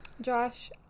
Josh